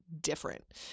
different